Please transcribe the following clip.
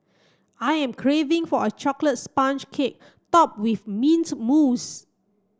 I am craving for a chocolate sponge cake topped with mint mousse